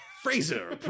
Fraser